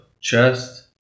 chest